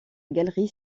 galerie